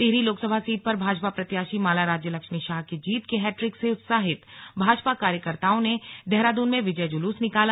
Tehri Lok Sabha seat पर भाजपा प्रत्याशी माला राज्य लक्ष्मी शाह की जीत की हैट्रिक से उत्साहित भाजपा कार्यकर्ताओं ने देहरादून में विजय जूलूस निकाला